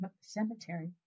Cemetery